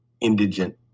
indigent